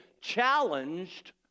challenged